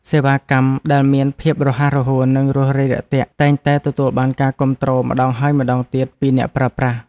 សេវាកម្មដែលមានភាពរហ័សរហួននិងរួសរាយរាក់ទាក់តែងតែទទួលបានការគាំទ្រម្តងហើយម្តងទៀតពីអ្នកប្រើប្រាស់។